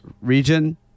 region